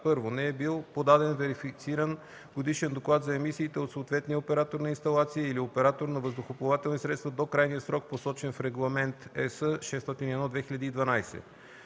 1. не е бил подаден верифициран годишен доклад за емисиите от съответния оператор на инсталация или оператор на въздухоплавателни средства до крайния срок, посочен в Регламент (ЕС) № 601/2012;